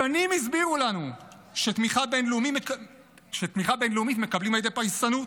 שנים הסבירו לנו שתמיכה בין-לאומית מקבלים על ידי פייסנות.